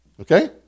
Okay